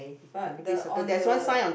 but the on the